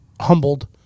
humbled